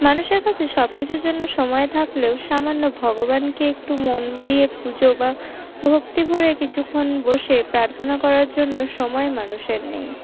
মানুষের কাছে সব কিছুর জন্য সময় থাকলেও সামান্য ভগবানকে একটু মন দিয়ে পুজো বা ভক্তি ভরে কিছুক্ষণ বসে প্রার্থনা করার জন্য সময় মানুষের নেই